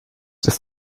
dass